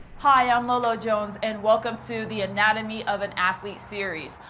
hi, i'm lolo jones, and welcome to the anatomy of an athlete series.